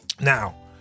Now